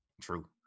True